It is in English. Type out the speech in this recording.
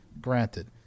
Granted